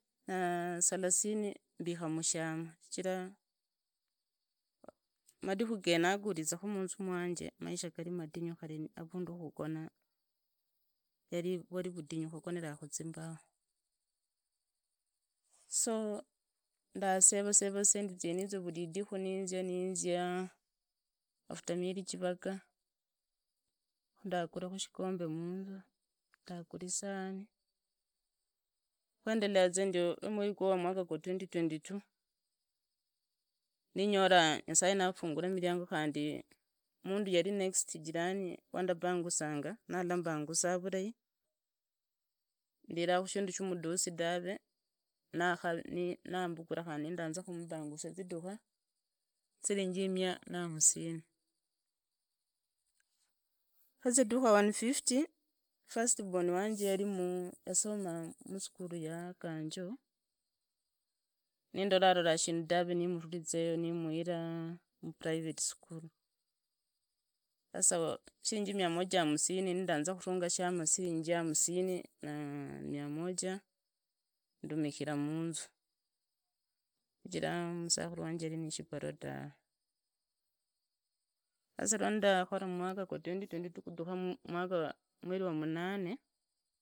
salasini mbikha mushama shichiraa madhikhu genago wizakhu munzu mwanje, maisha gari mahunyu khanyi avundu akhugona vwari vutinyu, so ndaserasera kharidhika nizia ninzianinzia aftyer mieri jivaga khu ndagwakha shikombe munzu ndagura isahani khuendelea za ndiono ni mwaga gwa 2022 ninyora nyasaye afungeri miriango ninyora mundu wari next jirani wandabanyu sanga mbungusaa rurai, ndiva khushinda shumudozi tawe, nambuguva nindaama khumu bangusira zidureee, siringi mia na hamusini, khu ziadukha one fifty, first born wanje yasomaa musukhuru ya kanjo nindora arora shinda tawe, nimuhira musukhulu, sasa shiringi miamoja niranga khurunga mushama shirinji hamusini na mia moja ndumikira munzu shichiraa musakhuru wanje yari nishabani tawe, sasa lwandakhola mwaka qwa zozz khudhuka mweri wa munane.